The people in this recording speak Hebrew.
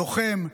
לוחם,